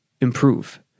improve